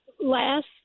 Last